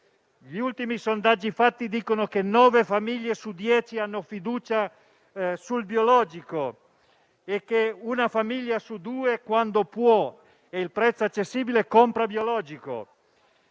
Gli ultimi sondaggi dicono che nove famiglie su dieci hanno fiducia nel biologico e che una su due, quando può ed il prezzo è accessibile, compra biologico.